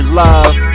love